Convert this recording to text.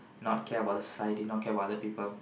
not care about the society not care about other people